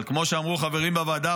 אבל כמו שאמרו חברים בוועדה,